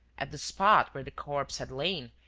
at the spot where the corpse had lain,